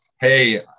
Hey